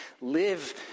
live